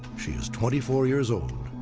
she is twenty four years old.